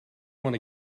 wanna